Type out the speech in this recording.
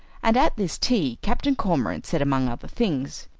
and at this tea captain cormorant said, among other things,